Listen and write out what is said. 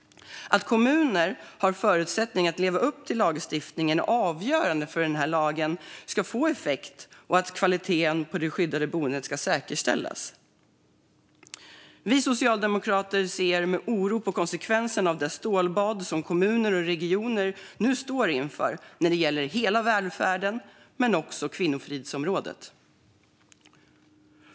Att kommuner har förutsättningar att leva upp till lagstiftningen är avgörande för att den ska få effekt och för att kvaliteten på skyddade boenden ska säkerställas. Vi socialdemokrater ser med oro på konsekvenserna av det stålbad som kommuner och regioner står inför när det gäller hela välfärden och kvinnofridsområdet.